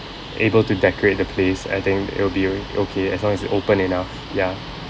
able to decorate the place I think it'll be okay as long as it's open enough ya